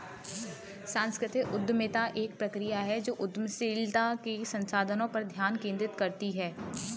सांस्कृतिक उद्यमिता एक प्रक्रिया है जो उद्यमशीलता के संसाधनों पर ध्यान केंद्रित करती है